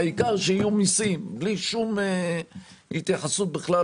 העיקר שיהיו מיסים, ללא שום התייחסות בכלל